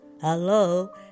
Hello